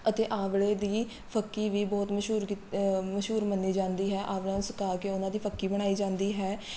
ਅਤੇ ਆਂਵਲ਼ੇ ਦੀ ਫੱਕੀ ਵੀ ਬਹੁਤ ਮਸ਼ਹੂਰ ਕੀਤ ਮਸ਼ਹੂਰ ਮੰਨੀ ਜਾਂਦੀ ਹੈ ਆਂਵਲਾ ਸੁਕਾ ਕੇ ਉਹਨਾਂ ਦੀ ਫੱਕੀ ਬਣਾਈ ਜਾਂਦੀ ਹੈ